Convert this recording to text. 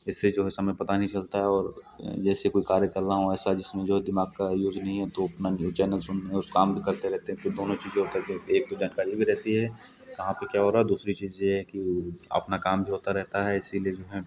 इससे जो है समय पता नहीं चलता और जैसे कोई कार्य कर रहा हूँ ऐसा जिसमें दिमाग़ का यूज़ नहीं है तो उतना न्यूज़ चैनल सुन के उस काम को करते रहते हैं फिर दोनों चीज़ें होती हैं एक की जानकारी भी रहती है कहाँ पे क्या हो रहा है दूसरी चीज़ ये है कि अपना काम भी होता रहता है इसीलिए जो है